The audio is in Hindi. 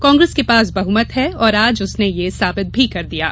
कांग्रेस के पास बहमत है और आज उसने यह साबित भी कर दिया है